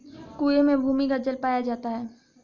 कुएं में भूमिगत जल पाया जाता है